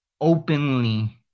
openly